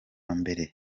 mbere